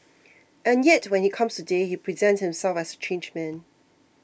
and yet when he comes today he presents himself as a changed man